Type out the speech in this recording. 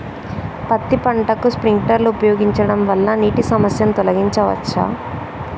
పత్తి పంటకు స్ప్రింక్లర్లు ఉపయోగించడం వల్ల నీటి సమస్యను తొలగించవచ్చా?